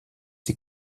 die